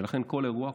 ולכן כל אירוע,